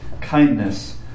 kindness